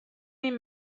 این